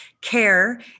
CARE